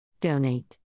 Donate